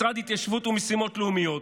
משרד ההתיישבות ומשימות לאומיות,